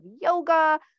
yoga